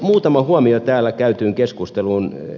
muutama huomio täällä käytyyn keskusteluun